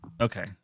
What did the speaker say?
Okay